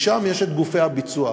משם יש את גופי הביצוע.